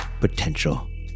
potential